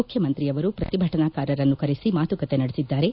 ಮುಖ್ಯಮಂತ್ರಿಯವರು ಪ್ರತಿಭಟನಕಾರರನ್ನು ಕರೆಸಿ ಮಾತುಕತೆ ನಡೆಸಿದ್ದಾರೆ